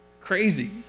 Crazy